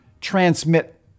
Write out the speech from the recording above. transmit